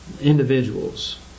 individuals